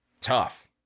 Tough